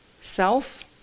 Self